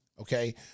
okay